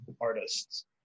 artists